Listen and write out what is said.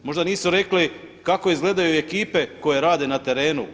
Možda nisu rekli kako izgledaju ekipe koje rade na terenu.